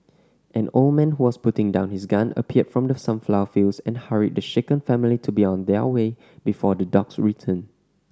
an old man who was putting down his gun appeared from the sunflower fields and hurried the shaken family to be on their way before the dogs return